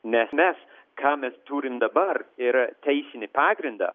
nes mes ką mes turim dabar yra teisinį pagrindą